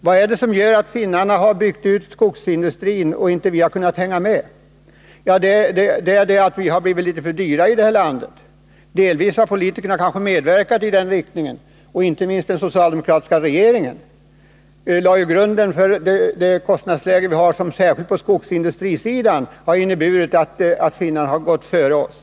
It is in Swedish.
Vad är det som gör att finnarna har byggt ut skogsindustrin och att vi inte kunnat hänga med? Ja, det är så att vi har blivit litet för dyra på våra produkter i det här landet. Delvis har politikerna kanske medverkat i den riktningen, och inte minst den socialdemokratiska regeringen lade grunden till det kostnadsläge som vi har och som särskilt på skogsindustrisidan har inneburit att finnarna har gått före oss.